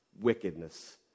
wickedness